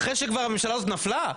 אחרי שהממשלה הזאת נפלה?